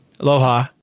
Aloha